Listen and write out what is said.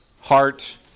heart